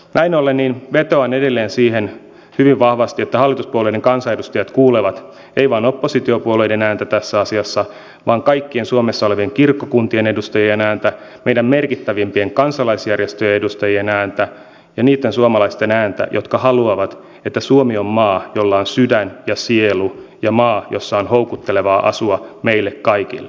näin ollen vetoan edelleen hyvin vahvasti siihen että hallituspuolueiden kansanedustajat kuulevat ei vain oppositiopuolueiden ääntä tässä asiassa vaan kaikkien suomessa olevien kirkkokuntien edustajien ääntä meidän merkittävimpien kansalaisjärjestöjen edustajien ääntä ja niitten suomalaisten ääntä jotka haluavat että suomi on maa jolla on sydän ja sielu ja maa jossa on houkuttelevaa asua meille kaikille